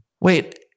Wait